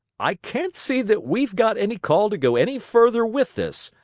i can't see that we've got any call to go any further with this.